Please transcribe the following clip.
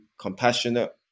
compassionate